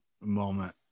moment